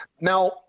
Now